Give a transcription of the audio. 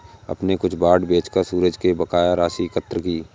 अपने कुछ बांड बेचकर सूरज ने बकाया राशि एकत्र की